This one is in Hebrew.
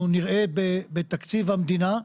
אנחנו נראה בתקציב המדינה,